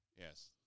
Yes